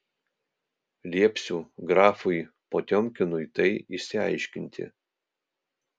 liepsiu grafui potiomkinui tai išsiaiškinti